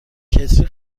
کتری